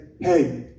hey